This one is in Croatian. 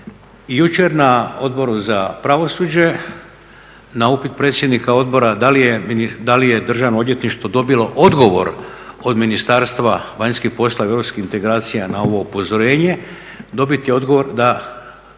Jučer na Odboru za pravosuđe na upit predsjednika Odbora da li je Državno odvjetništvo dobilo odgovor od Ministarstva vanjskih poslova i europskih integracija na ovo upozorenje dobiti odgovor da